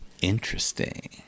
interesting